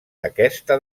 aquesta